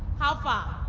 how far?